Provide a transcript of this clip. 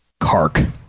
kark